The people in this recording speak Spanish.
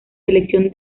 selección